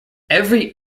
every